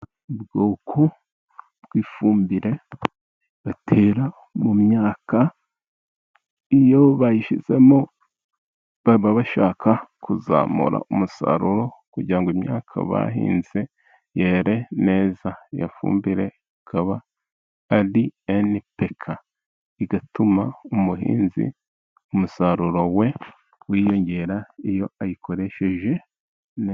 Ubwoko bw'ifumbire batera mu myaka, iyo bayishyizemo baba bashaka kuzamura umusaruro kugira ngo imyaka bahinze yere neza. Iyo fumbire ikaba ari enipeka igatuma umuhinzi umusaruro we wiyongera iyo ayikoresheje neza.